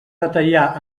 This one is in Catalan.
detallar